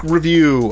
Review